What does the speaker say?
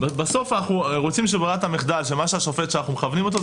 בסוף אנחנו רוצים שברירת המחדל של השופט שאנחנו מכוונים אותו,